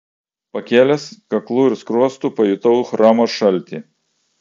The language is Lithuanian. pakėlęs kaklu ir skruostu pajutau chromo šaltį